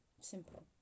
Simple